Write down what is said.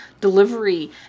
delivery